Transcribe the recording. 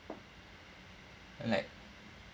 like